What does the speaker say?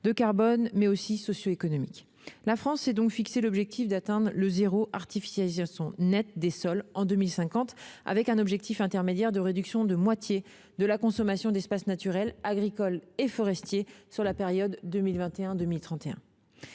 de carbone, mais aussi socioéconomiques. La France s'est donc fixé l'objectif d'atteindre le « zéro artificialisation nette des sols » en 2050, avec un objectif intermédiaire de réduction de moitié de la consommation d'espaces naturels, agricoles et forestiers pour la période 2021-2031.